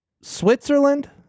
Switzerland